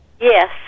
Yes